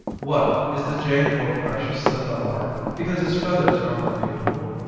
what, is the jay more precious than the lark because his feathers are more beautiful?